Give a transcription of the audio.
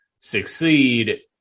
succeed